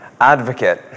Advocate